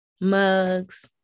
mugs